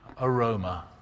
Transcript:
aroma